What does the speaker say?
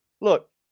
Look